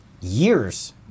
years